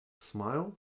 smile